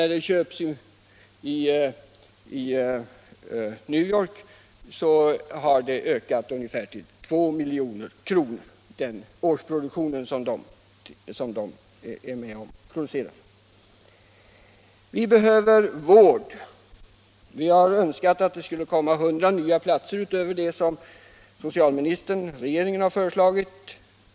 för en årsproduktion har priset för denna mängd när den köps i New York ökat till ungefär 2 milj.kr. Vi behöver vård. Vi har önskat i vår motion att det skulle komma 100 nya platser utöver vad regeringen föreslagit.